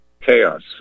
chaos